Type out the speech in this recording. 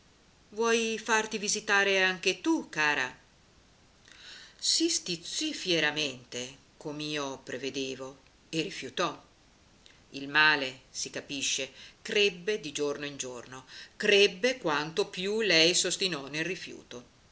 vuoi farti visitare anche tu cara si stizzì fieramente com'io prevedevo e rifiutò il male si capisce crebbe di giorno in giorno crebbe quanto più lei s'ostinò nel rifiuto